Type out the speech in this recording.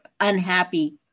unhappy